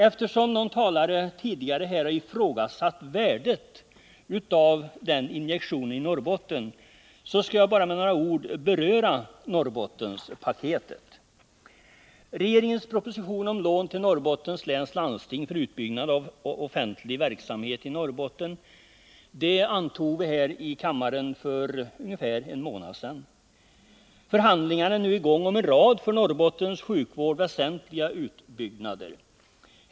Eftersom tidigare talare har ifrågasatt värdet av denna injektion i Norrbotten, vill jag med bara några ord beröra Norrbottenspaketet. Regeringens proposition om lån till Norrbottens läns landsting för utbyggnad av offentlig verksamhet i Norrbotten antog vi här i kammaren för ungefär en månad sedan. Förhandlingar är nu i gång om en rad för Norrbottens sjukvård väsentliga utbyggnader.